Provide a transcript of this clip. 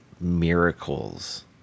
miracles